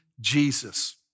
Jesus